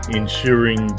ensuring